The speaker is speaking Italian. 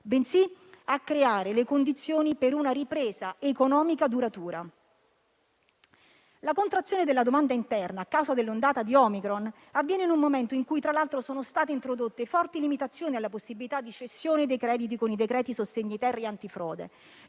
bensì a creare le condizioni per una ripresa economica duratura. La contrazione della domanda interna a causa dell'ondata della variante Omicron, avviene in un momento in cui tra l'altro sono state introdotte forti limitazioni alla possibilità di cessione dei crediti con il decreto-legge sostegni-*ter* e antifrode.